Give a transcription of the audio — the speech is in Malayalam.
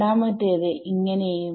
രണ്ടാമത്തേത് ഇങ്ങനെയും